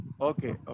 Okay